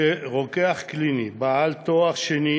שרוקח קליני בעל תואר שני